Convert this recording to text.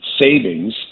savings